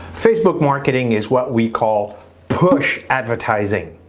facebook marketing is what we call push advertising.